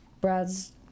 Brad's